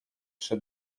przy